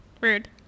Rude